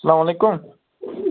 سَلام علیکُم